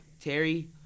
Terry